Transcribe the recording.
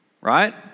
right